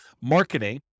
marketing